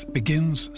begins